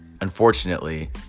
unfortunately